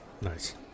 Nice